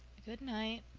good night.